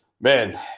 man